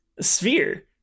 sphere